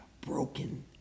broken